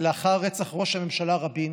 לאחר רצח ראש הממשלה רבין